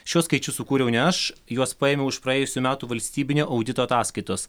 šiuos skaičius sukūriau ne aš juos paėmiau iš praėjusių metų valstybinio audito ataskaitos